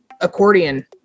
Accordion